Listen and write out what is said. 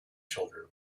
children